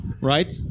Right